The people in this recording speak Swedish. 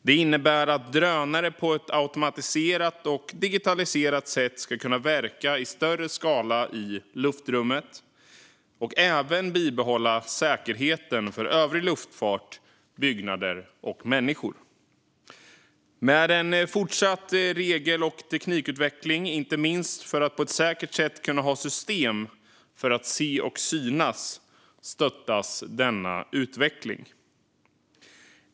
Det innebär att drönare på ett automatiserat och digitaliserat sätt ska kunna verka i större skala i luftrummet och att man även ska bibehålla säkerheten för övrig luftfart, byggnader och människor. Med en fortsatt regel och teknikutveckling, inte minst för att på ett säkert sätt kunna ha system för att se och synas, stöttas denna utveckling.